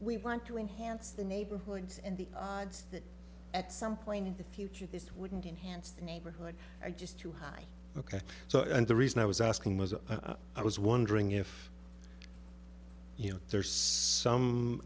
we want to enhance the neighborhoods and the odds that at some point in the future this wouldn't enhance the neighborhood are just too high ok so and the reason i was asking was i was wondering if you know there's some